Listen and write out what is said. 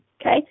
Okay